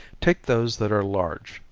take those that are large,